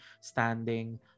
standing